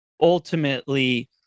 ultimately